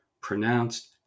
pronounced